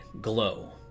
glow